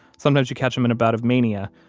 sometimes you catch him in a bout of mania,